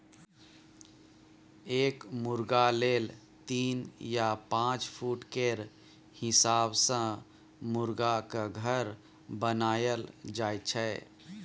एक मुरगा लेल तीन या पाँच फुट केर हिसाब सँ मुरगाक घर बनाएल जाइ छै